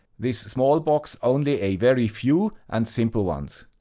this small box only a very few and simple ones.